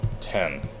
ten